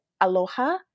Aloha